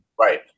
right